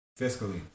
fiscally